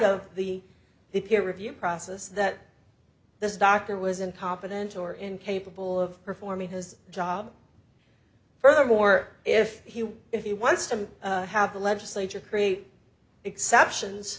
of the the peer review process that this doctor was incompetent or incapable of performing his job furthermore if he were if he wants to have the legislature create exceptions